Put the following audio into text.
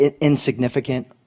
insignificant